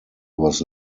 was